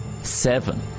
Seven